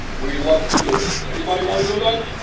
we'd love to do it. anybody want to do that?